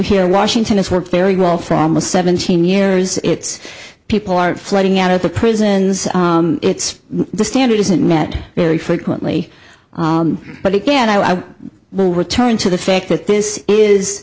here washington has worked very well for almost seventeen years it's people are flooding out of the prisons it's the standard isn't met very frequently but again i will return to the fact that this is